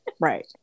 Right